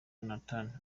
nathan